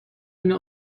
بینه